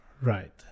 Right